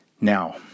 Now